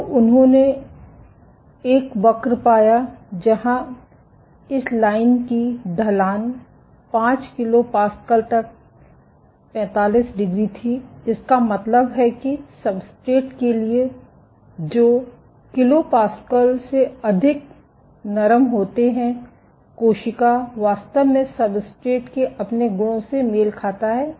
तो उन्होंने एक वक्र पाया जहां इस लाइन की ढलान 5 किलो पास्कल तक 45 डिग्री थी इसका मतलब है कि सब्सट्रेट के लिए जो किलो पास्कल से अधिक नरम होते हैं कोशिका वास्तव में सब्सट्रेट के अपने गुणों से मेल खाता है